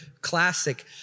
classic